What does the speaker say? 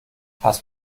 hast